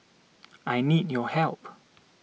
I need your help